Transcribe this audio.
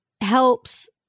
helps